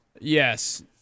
Yes